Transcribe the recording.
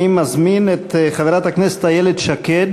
אני מזמין את חברת הכנסת איילת שקד